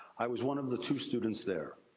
i was one of the two students there.